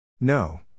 No